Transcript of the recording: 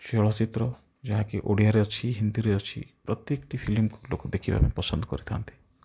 ଚଳଚିତ୍ର ଯାହାକି ଓଡ଼ିଆରେ ଅଛି ହିନ୍ଦୀରେ ଅଛି ପ୍ରତ୍ୟେକଟି ଫିଲ୍ମକୁ ଲୋକ ଦେଖିବା ପାଇଁ ପସନ୍ଦ କରିଥାନ୍ତି